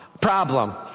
Problem